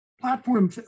platform